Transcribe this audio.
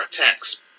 attacks